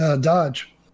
dodge